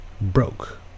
broke